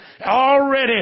already